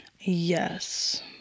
Yes